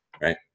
right